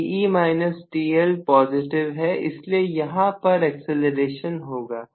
Te TL positive है इसलिए यहां पर एक्सीलरेशन होगा